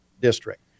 district